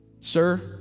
Sir